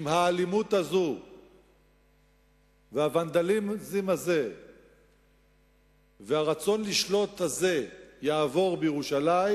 אם האלימות הזאת והוונדליזם הזה והרצון לשלוט הזה יעבור בירושלים,